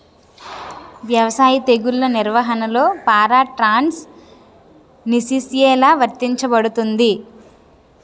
వ్యవసాయ తెగుళ్ల నిర్వహణలో పారాట్రాన్స్జెనిసిస్ఎ లా వర్తించబడుతుంది?